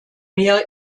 mehr